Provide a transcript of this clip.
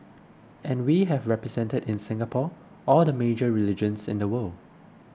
and we have represented in Singapore all the major religions in the world